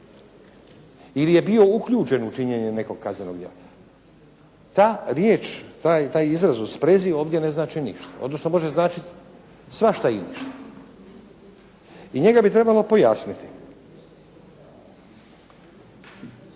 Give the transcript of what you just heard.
Ili je bio uključen u činjenje nekog kaznenog djela. Ta riječ, taj izraz u sprezi ovdje ne znači ništa odnosno može značiti svašta i ništa. I njega bi trebalo pojasniti.